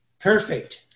Perfect